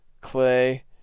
Clay